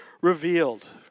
revealed